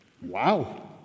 Wow